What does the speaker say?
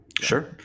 Sure